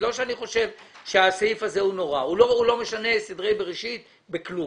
שצריך הסכם בכתב?